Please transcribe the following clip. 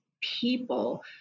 people